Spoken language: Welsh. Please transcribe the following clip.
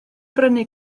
brynu